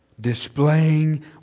Displaying